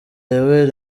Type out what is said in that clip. yoweri